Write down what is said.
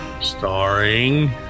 Starring